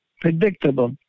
predictable